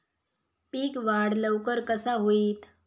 पीक वाढ लवकर कसा होईत?